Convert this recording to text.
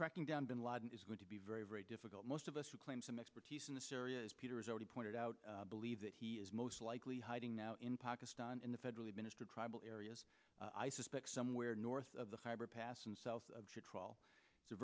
tracking down bin laden is going to be very very difficult most of us who claim some expertise in this area as peter has already pointed out believe that he is most likely hiding now in pakistan in the federally administered tribal areas i suspect somewhere north of the